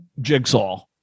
Jigsaw